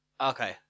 okay